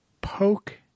poke